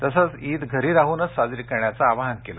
तसेच ईद घरी राहूनच साजरी करण्याचे आवाहन केले